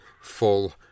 full